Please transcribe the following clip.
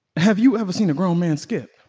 have you ever seen a grown man skip?